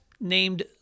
named